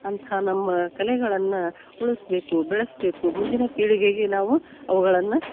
ಅಂತ ನಮ್ಮ ಕಲೆಗಳನ್ನು ಉಳಿಸಬೇಕು ಬೆಳಸಬೇಕು ಮುಂದಿನ ಪೀಳಿಗೆಗೆ ನಾವು ಅವುಗಳನ್ನು